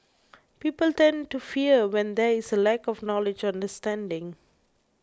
people tend to fear when there is a lack of knowledge understanding